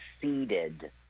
seated